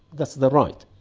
that's their right.